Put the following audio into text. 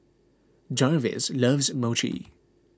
Jarvis loves Mochi